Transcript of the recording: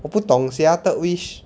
我不懂 sia third wish